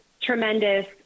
tremendous